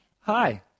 hi